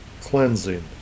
cleansing